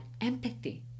empathy